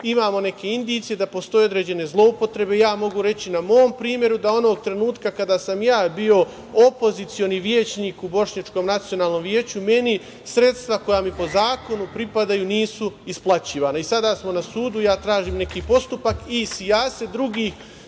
imamo neke indicije da postoje određene zloupotrebe. Mogu reći na mom primeru da onog trenutka kada sam ja bio opozicioni većnik u Bošnjačkom nacionalnom veću meni sredstva koja mi po zakonu pripadaju nisu isplaćivana i sada smo na sudu. Tražim neki postupak i sijaset drugih